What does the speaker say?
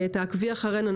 תעקבי אחרינו.